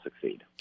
succeed